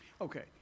Okay